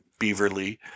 Beaverly